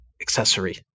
accessory